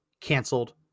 canceled